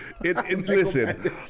Listen